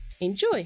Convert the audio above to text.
Enjoy